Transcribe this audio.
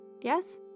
yes